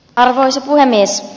arvoisa puhemies